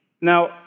Now